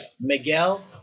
Miguel